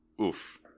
oof